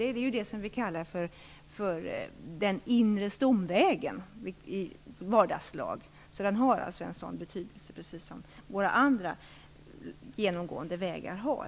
Den är ju den väg som vi i vardagslag kallar för den inre stomvägen, så den har alltså en sådan betydelse precis som våra andra genomgående vägar har.